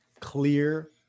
clear